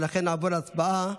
ולכן נעבור להצבעה